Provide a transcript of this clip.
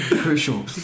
Crucial